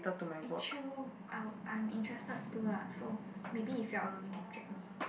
eh true I'll I'm interested too lah so maybe if you're alone you can drag me